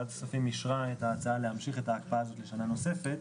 ועדת הכספים אישרה את ההצעה להמשיך את ההקפאה הזאת לשנה נוספת.